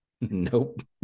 nope